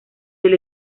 del